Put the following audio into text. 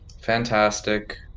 Fantastic